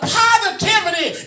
positivity